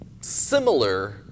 similar